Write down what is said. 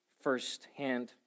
firsthand